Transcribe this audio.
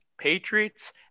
Patriots